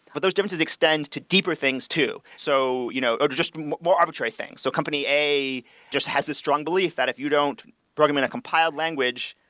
but differences extend to deeper things too, so you know or just more arbitrary things. so company a just has a strong belief that if you don't programmed in compiled language,